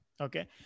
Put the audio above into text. Okay